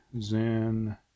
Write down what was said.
Zen